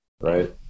right